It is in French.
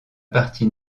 partie